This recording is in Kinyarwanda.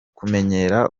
kumenyera